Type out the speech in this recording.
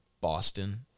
Boston